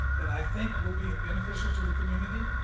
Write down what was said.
that i think will be beneficial to the community.